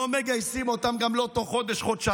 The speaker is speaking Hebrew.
לא מגייסים אותם, גם לא תוך חודש-חודשיים,